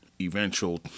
eventual